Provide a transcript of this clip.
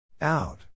out